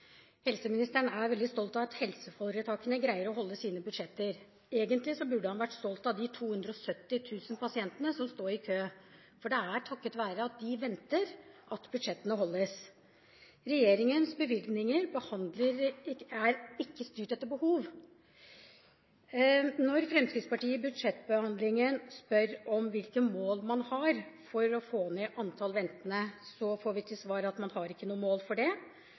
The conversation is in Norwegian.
Helseministeren er veldig stolt av at helseforetakene greier å holde sine budsjetter. Egentlig burde han vært stolt av de 270 000 pasientene som står i kø, for det er takket være det at de venter, at budsjettene holdes. Regjeringens bevilgninger er ikke styrt etter behov. Når Fremskrittspartiet i budsjettbehandlingen spør om hvilke mål man har for å få ned antall ventende, får vi til svar at man ikke har noe mål for det.